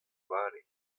vale